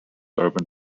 urban